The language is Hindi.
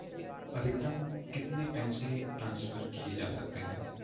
अधिकतम कितने पैसे ट्रांसफर किये जा सकते हैं?